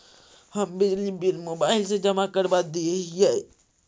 हम बिजली bill mobile से जमा करवा देहियै?